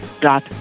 dot